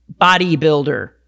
bodybuilder